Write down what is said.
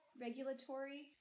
regulatory